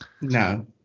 no